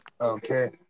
Okay